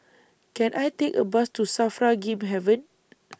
Can I Take A Bus to SAFRA Game Haven